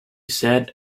said